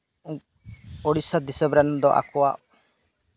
ᱩᱲᱤᱥᱥᱟ ᱫᱤᱥᱚᱢ ᱨᱮᱱ ᱫᱚ ᱟᱠᱚᱣᱟᱜ